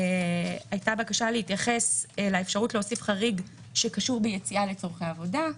הייתה בקשה להתייחס לאפשרות להוסיף חריג שקשור ביציאה לצורכי עבודה.